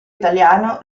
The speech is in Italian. italiano